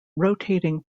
rotating